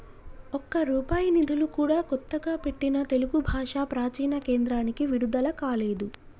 ఒక్క రూపాయి నిధులు కూడా కొత్తగా పెట్టిన తెలుగు భాషా ప్రాచీన కేంద్రానికి విడుదల కాలేదు